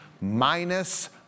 minus